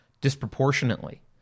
disproportionately